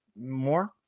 More